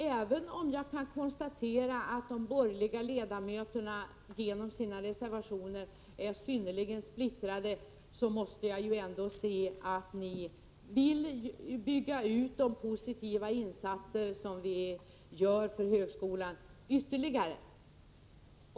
Även om jag kan konstatera att de borgerliga ledamöterna genom sina reservationer är synnerligen splittrade, måste jag ändå notera att man ytterligare vill öka de positiva insatser som vi gör för högskolan.